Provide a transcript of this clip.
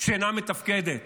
שאינה מתפקדת